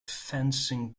fencing